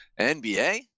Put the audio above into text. NBA